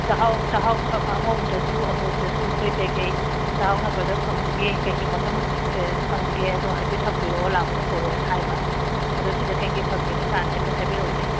ꯆꯥꯛꯍꯥꯎ ꯆꯥꯛꯍꯥꯎ ꯑꯉꯧꯕꯗꯁꯨ ꯑꯃꯨꯕꯗꯁꯨ ꯑꯩꯈꯣꯏ ꯀꯩꯀꯩ ꯆꯥꯛꯍꯥꯎ ꯑꯅꯛꯄꯗ ꯐꯪꯕꯒꯦ ꯀꯩꯀꯩ ꯃꯈꯟ ꯐꯪꯒꯦꯗꯣ ꯍꯥꯏꯐꯦꯠ ꯍꯪꯕꯤꯔꯛꯑꯣ ꯂꯥꯛꯄꯗ ꯄꯣꯔꯛꯑꯣꯅ ꯍꯥꯏꯕ ꯑꯗꯣ ꯁꯤꯗ ꯀꯩꯀꯩ ꯐꯩꯒꯦꯗꯣ ꯁꯥꯔꯅ ꯍꯥꯏꯐꯦꯠ ꯍꯥꯏꯕꯤꯔꯛꯑꯣꯅꯦ